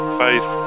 faith